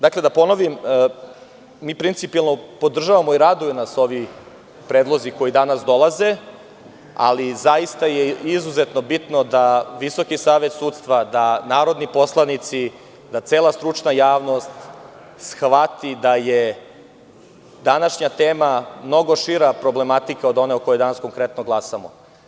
Dakle, da ponovim, mi principijelno podržavamo i raduju nas ovi predlozi koji danas dolaze, ali zaista je izuzetno bitno da Visoki savet sudstva, da narodni poslanici, da cela stručna javnost shvati da je današnja tema mnogo šira problematika od one o kojoj danas konkretno glasamo.